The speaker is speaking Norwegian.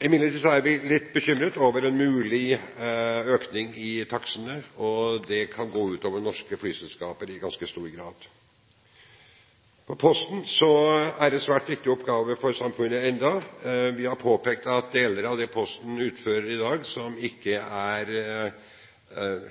Imidlertid er vi litt bekymret over en mulig økning i takstene; det kan gå ut over norske flyselskaper i ganske stor grad. Posten er fortsatt en svært viktig oppgave for samfunnet. Vi har påpekt at deler av det Posten utfører i dag, ikke er